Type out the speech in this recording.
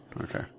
Okay